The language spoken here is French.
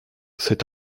cet